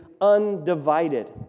undivided